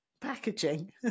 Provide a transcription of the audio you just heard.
packaging